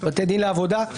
בתי דין לעבודה.